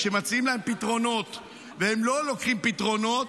כשמציעים להם פתרונות והם לא לוקחים פתרונות,